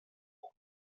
mondo